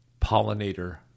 pollinator